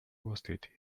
roasted